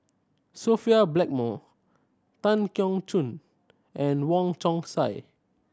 Sophia Blackmore Tan Keong Choon and Wong Chong Sai